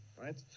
right